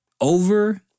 over